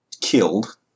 killed